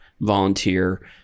volunteer